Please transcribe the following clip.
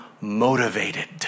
motivated